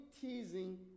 teasing